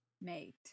mate